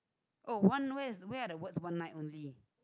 oh one where where are the words one night only